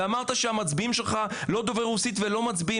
ואמרת שהמצביעים שלך לא דוברי רוסית ולא מצביעים,